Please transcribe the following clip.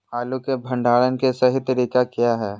आलू के भंडारण के सही तरीका क्या है?